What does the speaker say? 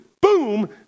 Boom